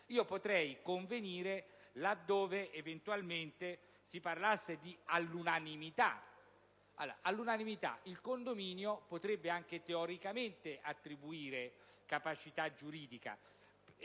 Potrei convenire laddove eventualmente si parlasse di decisione all'unanimità, perché all'unanimità il condominio potrebbe anche, teoricamente, attribuirsi capacità giuridica.